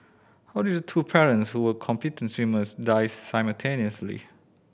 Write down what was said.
how did the two parents who were competent swimmers die simultaneously